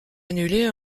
annulé